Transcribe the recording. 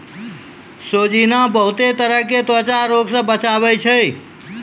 सोजीना बहुते तरह के त्वचा रोग से बचावै छै